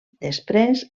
després